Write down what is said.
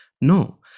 No